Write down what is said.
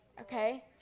Okay